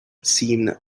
seemed